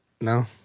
No